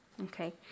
Okay